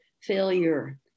failure